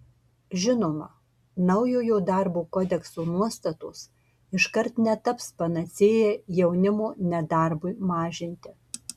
žinoma naujojo darbo kodekso nuostatos iškart netaps panacėja jaunimo nedarbui mažinti